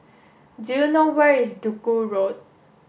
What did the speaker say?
do you know where is Duku Road